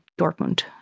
dortmund